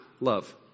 love